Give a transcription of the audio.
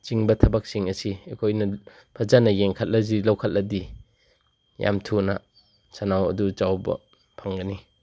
ꯆꯤꯡꯕ ꯊꯕꯛꯁꯤꯡ ꯑꯁꯤ ꯑꯩꯈꯣꯏꯅ ꯐꯖꯅ ꯌꯦꯡꯈꯠꯂꯖꯤ ꯂꯧꯈꯠꯂꯗꯤ ꯌꯥꯝ ꯊꯨꯅ ꯁꯟꯅꯥꯎ ꯑꯗꯨ ꯆꯥꯎꯕ ꯐꯪꯒꯅꯤ